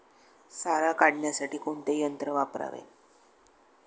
सारा काढण्यासाठी कोणते यंत्र वापरावे?